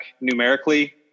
numerically